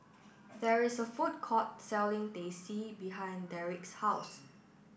there is a food court selling Teh C behind Derrek's house